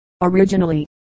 originally